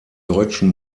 deutschen